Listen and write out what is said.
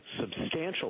substantial